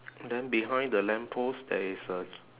then behind the lamppost there is a